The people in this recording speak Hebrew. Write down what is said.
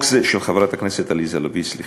של חברת הכנסת עליזה לביא, סליחה.